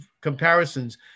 comparisons